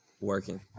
working